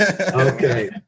Okay